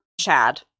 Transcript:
Chad